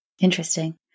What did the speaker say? Interesting